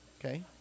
okay